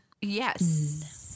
Yes